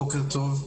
בוקר טוב.